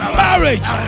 marriage